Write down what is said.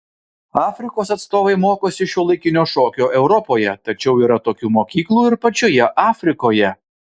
afrikos atstovai mokosi šiuolaikinio šokio europoje tačiau yra tokių mokyklų ir pačioje afrikoje